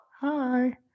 Hi